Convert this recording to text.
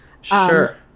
Sure